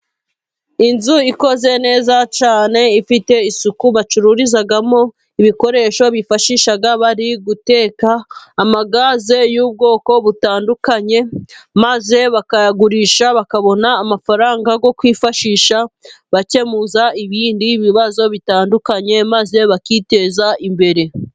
Inzu ikoze neza cyane, ifite isuku bacururizamo ibikoresho bifashisha bari guteka, amagaze y'ubwoko butandukanye, maze bakayagurisha bakabona amafaranga yo kwifashisha, bakemuza ibindi bibazo bitandukanye, maze bakiteza imbere.